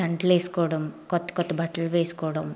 దండ్లేసుకోవడం కొత్త కొత్త బట్టలు వేసుకోవడం